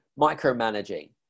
micromanaging